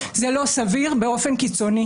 זה לא סביר באופן קיצוני.